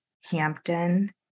Hampton